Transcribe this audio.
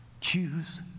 Choose